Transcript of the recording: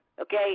okay